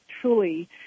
truly